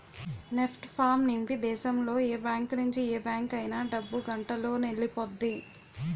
NEFT form నింపి దేశంలో ఏ బ్యాంకు నుంచి ఏ బ్యాంక్ అయినా డబ్బు గంటలోనెల్లిపొద్ది